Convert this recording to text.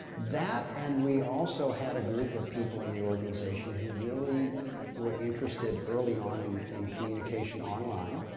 that and we also had a group of people in the organization who really were interested early on and in communication online.